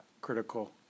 critical